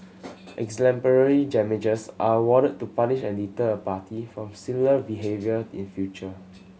exemplary are awarded to punish and deter a party from similar behaviour in future